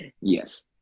Yes